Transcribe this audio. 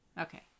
Okay